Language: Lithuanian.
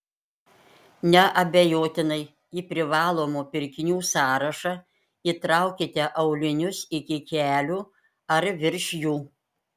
neabejotinai į privalomų pirkinių sąrašą įtraukite aulinius iki kelių ar virš jų